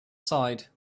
side